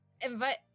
invite